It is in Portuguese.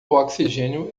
oxigênio